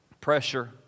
pressure